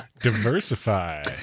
Diversify